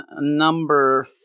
number